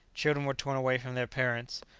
children were torn away from their parents,